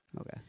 Okay